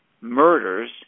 murders